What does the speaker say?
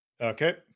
Okay